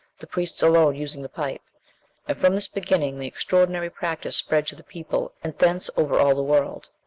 the priest alone using the pipe and from this beginning the extraordinary practice spread to the people, and thence over all the world.